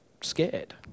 scared